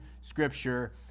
Scripture